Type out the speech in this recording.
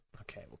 Okay